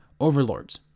overlords